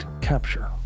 capture